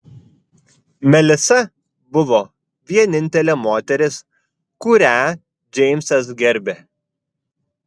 melisa buvo vienintelė moteris kurią džeimsas gerbė